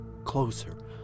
closer